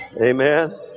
Amen